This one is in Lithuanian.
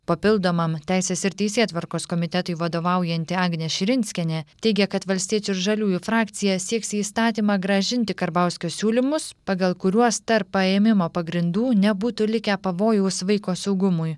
papildomam teisės ir teisėtvarkos komitetui vadovaujanti agnė širinskienė teigia kad valstiečių ir žaliųjų frakcija sieks į įstatymą grąžinti karbauskio siūlymus pagal kuriuos tarp paėmimo pagrindų nebūtų likę pavojaus vaiko saugumui